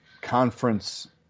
conference